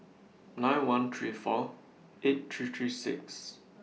nine one three four eight three three six